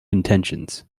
intentions